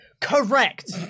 Correct